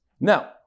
Now